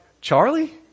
Charlie